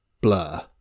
Blur